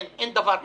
אין דבר כזה.